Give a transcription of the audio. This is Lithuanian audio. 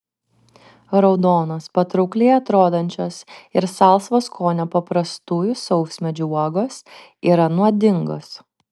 raudonos patraukliai atrodančios ir salsvo skonio paprastųjų sausmedžių uogos yra nuodingos